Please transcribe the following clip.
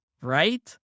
Right